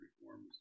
reforms